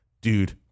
dude